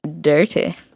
Dirty